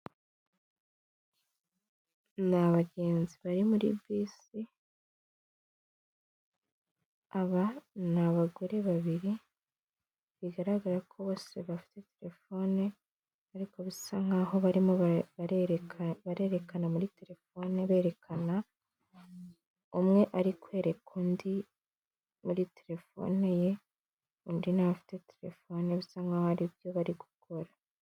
Ni abagenzi bari muri bisi aba ni abagore babiri, bigaragara ko bose bafite telefone ariko bisa nk'aho barimo barere barerekana muri telefone berekana, umwe ari kwereka undi muri telefone ye undi nawe abafite terefone bisa nkaho hari ibyo bari gukora.